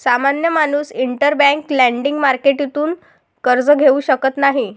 सामान्य माणूस interbank lending मार्केटतून कर्ज घेऊ शकत नाही